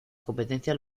competencia